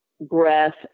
breath